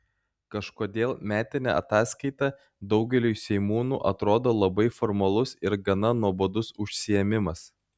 kažkodėl metinė ataskaita daugeliui seimūnų atrodo labai formalus ir gana nuobodus užsiėmimas